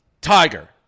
Tiger